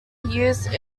used